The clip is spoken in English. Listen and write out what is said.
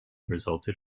resulted